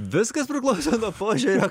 viskas priklauso nuo požiūrio